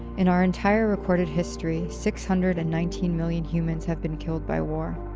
in our entire recorded history, six hundred and nineteen million humans have been killed by war.